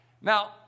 Now